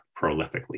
prolifically